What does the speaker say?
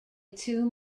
two